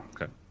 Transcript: Okay